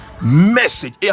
message